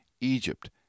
Egypt